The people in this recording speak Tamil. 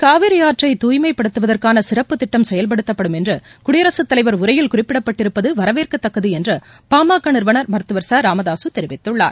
காவிரி ஆற்றை தூய்மைப்படுத்துவதற்கான சிறப்புத் திட்டம் செயல்படுத்தப்படும் என்று குடியரசுத் தலைவர் உரையில் குறிப்பிடப்பட்டிருப்பது வரவேற்கத்தக்கது என்று பாமக நிறுவனர் மருத்துவர் ச ராமதாசு தெரிவித்துள்ளார்